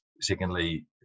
secondly